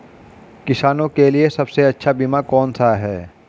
किसानों के लिए सबसे अच्छा बीमा कौन सा है?